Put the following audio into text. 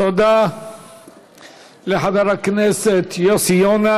תודה לחבר הכנסת יוסי יונה.